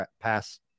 pass